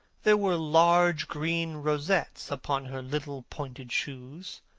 there were large green rosettes upon her little pointed shoes.